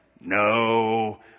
No